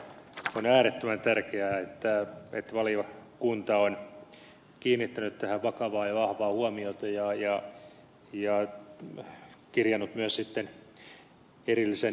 on äärettömän tärkeää että valiokunta on kiinnittänyt tähän vakavaa ja vahvaa huomiota ja kirjannut myös sitten erillisen ponnen